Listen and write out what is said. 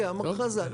רגע, מר חזן.